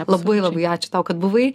labai labai ačiū tau kad buvai